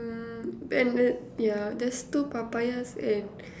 mm then yeah there's two papayas and